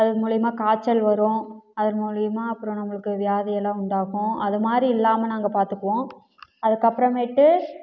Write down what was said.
அது மூலயமா காய்ச்சல் வரும் அது மூலயமா அப்புறம் நம்மளுக்கு வியாதியெல்லாம் உண்டாகும் அது மாதிரி இல்லாமல் நாங்கள் பார்த்துக்குவோம் அதுக்கு அப்புறமேட்டு